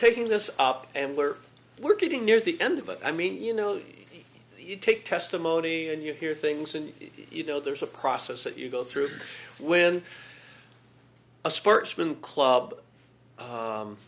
taking this up and we're we're getting near the end of it i mean you know you take testimony and you hear things and you know there's a process that you go through when a sportsman club